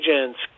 agents